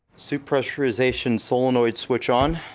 supersaturation solenoid switch on.